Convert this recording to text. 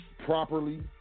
Properly